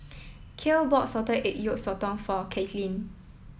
Cale bought Salted Egg Yolk Sotong for Katelynn